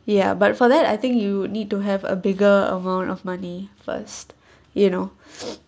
ya but for that I think you need to have a bigger amount of money first you know